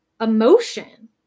emotion